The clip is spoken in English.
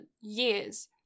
years